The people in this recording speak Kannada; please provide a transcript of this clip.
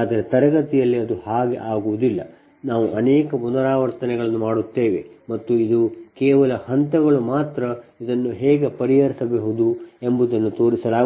ಆದರೆ ತರಗತಿಯಲ್ಲಿ ಅದು ಹಾಗೆ ಆಗುವುದಿಲ್ಲ ನಾವು ಅನೇಕ ಪುನರಾವರ್ತನೆಗಳನ್ನು ಮಾಡುತ್ತೇವೆ ಮತ್ತು ಇದು ಕೇವಲ ಹಂತಗಳು ಮಾತ್ರ ಇದನ್ನು ಹೇಗೆ ಪರಿಹರಿಸಬಹುದು ಎಂಬುದನ್ನು ತೋರಿಸಲಾಗುತ್ತದೆ